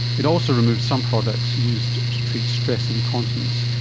it also removed some products used to treat stress incontinence.